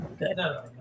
no